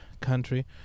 country